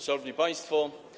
Szanowni Państwo!